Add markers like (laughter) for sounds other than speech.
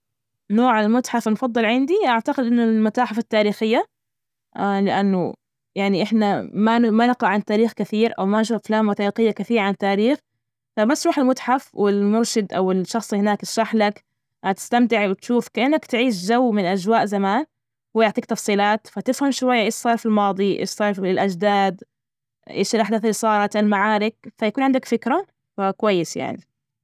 نوع المتحف المفضل عندي، أعتقد إن المتاحف التاريخية (hesitation) لأنه يعني إحنا ما ن- ما نقرأ عن التاريخ كثير أو ما نشوف أفلام وثائقية كثيرة عن التاريخ، فمسرح المتحف والمرشد أو الشخص هناك يشرحلك هتستمتع وتشوف كأنك تعيش جو من أجواء زمان ويعطيك تفصيلات، فتفهم شوية إيش صار فى الماضي إيش صار بالأجداد، إيش الأحداث اللي صارت، المعارك، فيكون عندك فكرة فكويس يعني.